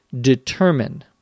determine